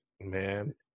man